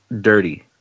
dirty